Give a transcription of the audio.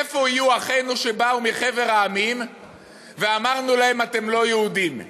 איפה יהיו אחינו שבאו מחבר המדינות ואמרנו להם: אתם לא יהודים?